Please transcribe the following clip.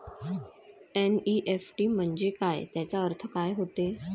NEFT म्हंजे काय, त्याचा अर्थ काय होते?